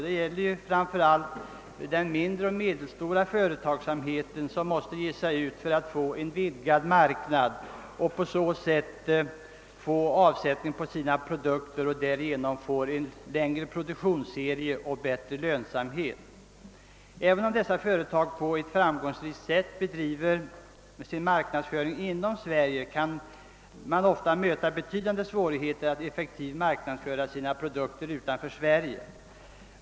Det gäller framför allt de mindre och medelstora företagen som härigenom får en ökad avsättning för sina produkter och på det sättet även möjligheter till längre produktionsserier och bättre lönsamhet. Även om dessa företag på ett framgångsrikt sätt kan klara sin marknadsföring inom Sverige, möter de ofta betydande svårigheter att effektivt marknadsföra sina produkter utanför Sverige.